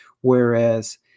whereas